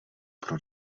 pro